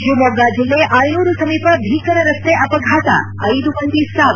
ಶಿವಮೊಗ್ಗ ಜಿಲ್ಲೆ ಆಯನೂರು ಸಮೀಪ ಭೀಕರ ರಸ್ತೆ ಅಪಘಾತ ಐದು ಮಂದಿ ಸಾವು